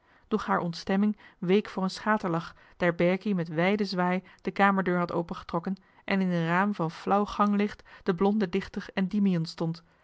doch haar ontstemming week voor een schaterlach daar berkie met wijden zwaai de kamerdeur had opengetrokken en in een raam van flauw ganglicht de blonde dichter endymion stond